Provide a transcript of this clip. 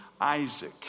Isaac